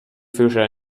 fischer